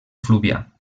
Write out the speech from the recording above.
fluvià